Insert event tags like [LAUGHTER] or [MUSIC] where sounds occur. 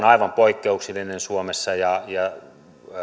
[UNINTELLIGIBLE] aivan poikkeuksellinen suomessa ja ja